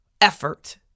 effort